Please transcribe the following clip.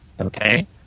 okay